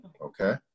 okay